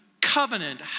covenant